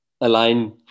align